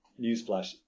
Newsflash